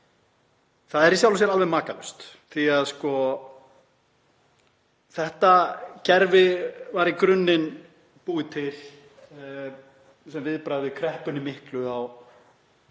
Það er í sjálfu sér alveg makalaust því að þetta kerfi var í grunninn búið til sem viðbragð við kreppunni miklu á